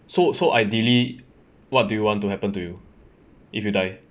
so so ideally what do you want to happen to you if you die